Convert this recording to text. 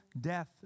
death